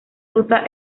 cruza